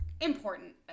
important